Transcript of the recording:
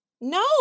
No